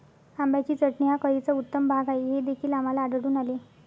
आंब्याची चटणी हा करीचा उत्तम भाग आहे हे देखील आम्हाला आढळून आले